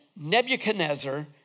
Nebuchadnezzar